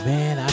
Man